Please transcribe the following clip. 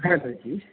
hello ਜੀ